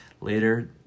Later